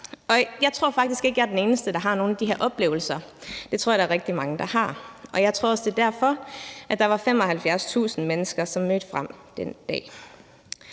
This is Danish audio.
Jeg tror faktisk ikke, at jeg er den eneste, der har nogle af de her oplevelser. Det tror jeg der er rigtig mange der har, og jeg tror, det var derfor, der var 75.000 mennesker, som mødte frem den dag.